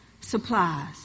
supplies